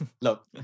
Look